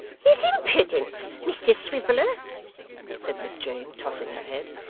his impudence, mr swiviller said miss jane, tossing her head.